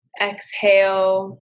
Exhale